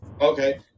okay